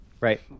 right